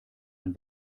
ein